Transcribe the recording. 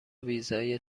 ویزای